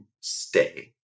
stay